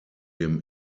dem